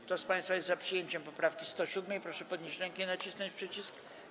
Kto z państwa jest za przyjęciem poprawki 107., proszę podnieść rękę i nacisnąć przycisk.